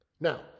now